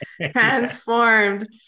transformed